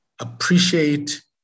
appreciate